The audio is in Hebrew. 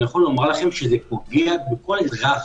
אני יכול להגיד לכם שזה פוגע בכל אזרח